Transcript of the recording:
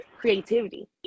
creativity